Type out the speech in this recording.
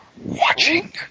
watching